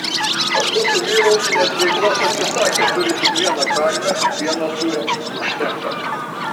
abu su vyru ūkinės veiklos atsisakė turi tik vieną karvę pieno sūriams užtenka